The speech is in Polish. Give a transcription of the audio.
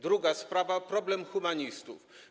Druga sprawa to problem humanistów.